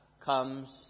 comes